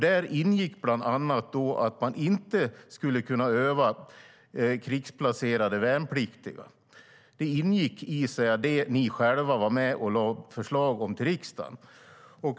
Där ingick bland annat att man inte skulle kunna öva krigsplacerade värnpliktiga. Det ingick i det som ni själva var med och lade fram förslag om till riksdagen.